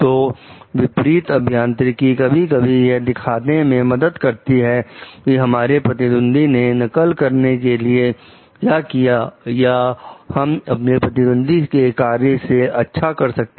तो विपरीत अभियांत्रिकी कभी कभी यह दिखाने में मदद करती है कि हमारे प्रतिद्वंदी ने नकल करने के लिए क्या किया है या हम अपने प्रतिद्वंदी के कार्य से अच्छा कर सकें